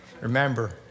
Remember